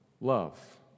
love